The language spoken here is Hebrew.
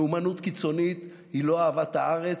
לאומנות קיצונית היא לא אהבת הארץ,